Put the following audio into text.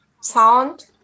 sound